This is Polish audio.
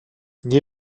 nie